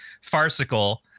farcical